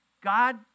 God